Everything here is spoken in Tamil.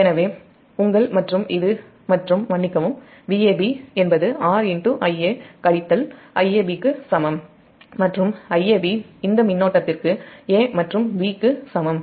எனவே உங்கள் மற்றும் இது மற்றும் மன்னிக்கவும் Vab என்பது RIa கழித்தல் Iab க்கு சமம் மற்றும்Iab இந்த மின்னோட்டத்திற்கு a மற்றும் b க்கு சமம்